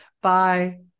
Bye